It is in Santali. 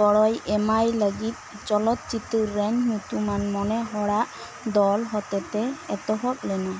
ᱜᱚᱲᱚᱭ ᱮᱢᱟᱭ ᱞᱟ ᱜᱤᱫ ᱪᱚᱞᱚᱛ ᱪᱤᱛᱟᱹᱨ ᱨᱮᱱ ᱧᱩᱛᱩᱢᱟᱱ ᱢᱚᱱᱮ ᱦᱚᱲᱟᱜ ᱫᱚᱞ ᱦᱚᱛᱮ ᱛᱮ ᱮᱛᱚᱦᱚᱵ ᱞᱮᱱᱟ